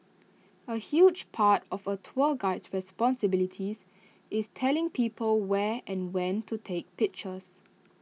A huge part of A tour guide's responsibilities is telling people where and when to take pictures